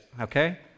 okay